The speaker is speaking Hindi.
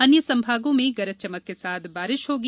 अन्य संभागों में गरज चमक के साथ बारिश होगी